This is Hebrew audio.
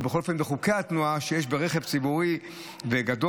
או בכל אופן בחוקי התנועה שיש ברכב ציבורי וגדול,